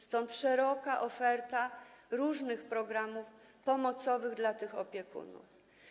Stąd szeroka oferta różnych programów pomocowych dla tych opiekunów.